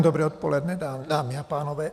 Dobré odpoledne, dámy a pánové.